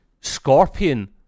Scorpion